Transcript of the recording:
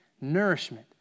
nourishment